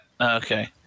Okay